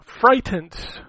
Frightened